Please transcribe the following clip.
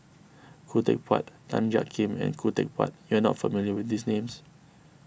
Khoo Teck Puat Tan Jiak Kim and Khoo Teck Puat you are not familiar with these names